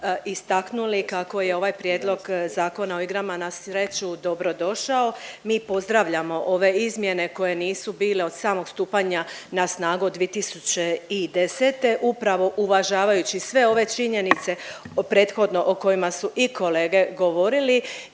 istaknuli kako je ovaj Prijedlog zakona o igrama na sreću dobro došao. Mi pozdravljamo ove izmjene koje nisu bile od samog stupanja na snagu od 2010. Upravo uvažavajući sve ove činjenice prethodno o kojima su i kolege govorili